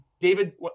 David